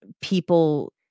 people